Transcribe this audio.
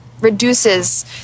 reduces